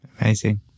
Amazing